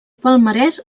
palmarès